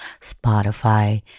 spotify